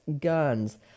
guns